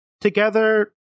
Together